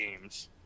games